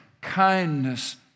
kindness